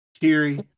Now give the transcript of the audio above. cheery